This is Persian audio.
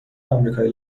آمریکای